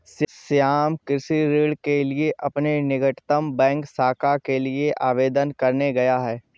श्याम कृषि ऋण के लिए अपने निकटतम बैंक शाखा में आवेदन करने गया है